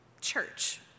church